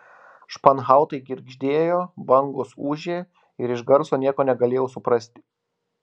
španhautai girgždėjo bangos ūžė ir iš garso nieko negalėjau suprasti